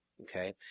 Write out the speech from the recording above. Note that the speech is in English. okay